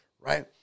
right